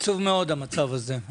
עצוב מאוד המצב הזה.